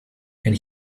and